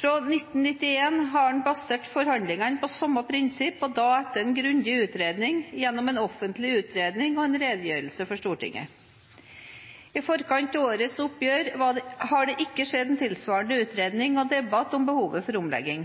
Fra 1991 har en basert forhandlingene på samme prinsipper og da etter en grundig utredning gjennom en offentlig utredning og redegjørelse for Stortinget. I forkant av årets oppgjør har det ikke skjedd en tilsvarende utredning og debatt om behovet for omlegging.